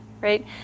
right